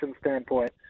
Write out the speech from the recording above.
standpoint